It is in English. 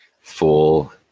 full